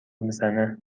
میزنه